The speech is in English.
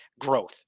growth